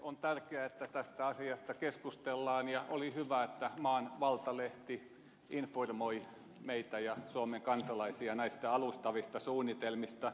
on tärkeää että tästä asiasta keskustellaan ja oli hyvä että maan valtalehti informoi meitä ja suomen kansalaisia näistä alustavista suunnitelmista